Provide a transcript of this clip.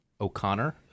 O'Connor